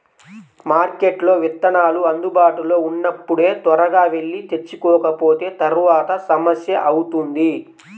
మార్కెట్లో విత్తనాలు అందుబాటులో ఉన్నప్పుడే త్వరగా వెళ్లి తెచ్చుకోకపోతే తర్వాత సమస్య అవుతుంది